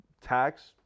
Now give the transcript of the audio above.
tax